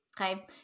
okay